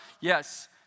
yes